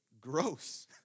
gross